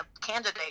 candidate